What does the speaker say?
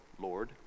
Lord